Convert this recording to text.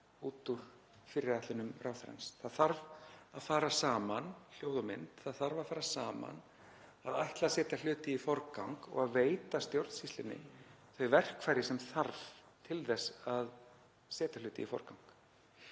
út úr fyrirætlunum ráðherrans. Það þarf að fara saman hljóð og mynd. Það þarf að fara saman að ætla að setja hluti í forgang og veita stjórnsýslunni þau verkfæri sem þarf til þess að setja hluti í forgang.